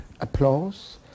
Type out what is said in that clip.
applause